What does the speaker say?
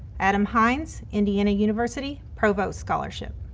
adam hynes, indiana university, provost scholarship.